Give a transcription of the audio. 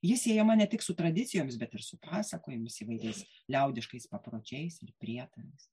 ji siejama ne tik su tradicijomis bet ir su pasakojimais įvairiais liaudiškais papročiais ir prietarais